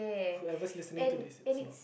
whoever listening to this is not